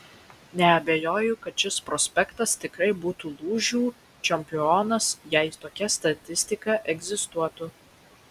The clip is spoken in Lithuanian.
neabejoju kad šis prospektas tikrai būtų lūžių čempionas jei tokia statistika egzistuotų